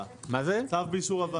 צו באישור הוועדה.